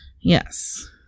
Yes